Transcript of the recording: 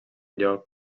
lloc